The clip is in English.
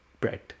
bread